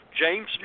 James